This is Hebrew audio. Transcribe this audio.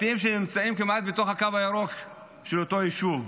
בתים שנמצאים כמעט בתוך הקו הירוק של אותו יישוב.